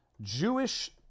Jewish